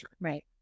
right